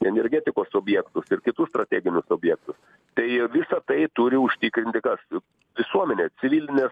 energetikos objektus ir kitus strateginius objektus tai visa tai turi užtikrinti kas visuomenė civilinės